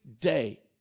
day